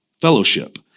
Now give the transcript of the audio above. fellowship